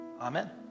Amen